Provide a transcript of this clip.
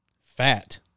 Fat